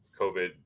COVID